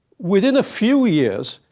within a few years,